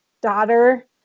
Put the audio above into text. daughter